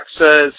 says